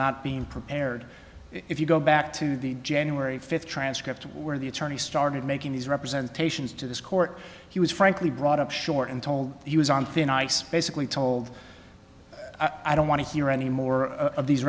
not being prepared if you go back to the january fifth transcript where the attorney started making these representation is to this court he was frankly brought up short and told he was on thin ice basically told i don't want to hear any more of these